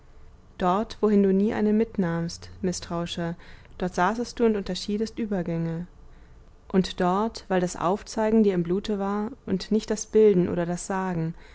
dort wohin du nie einen mitnahmst mißtrauischer dort saßest du und unterschiedest übergänge und dort weil das aufzeigen dir im blute war und nicht das bilden oder das sagen